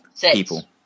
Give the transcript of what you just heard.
people